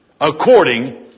according